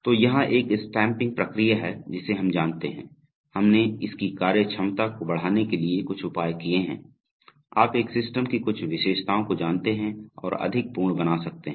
तो यहाँ एक स्टम्पिंग प्रक्रिया है जिसे हम जानते हैं हमने इसकी कार्यक्षमता को बढ़ाने के लिए कुछ उपाय किए हैं आप एक सिस्टम की कुछ विशेषताओं को जानते हैं और अधिक पूर्ण बना सकते हैं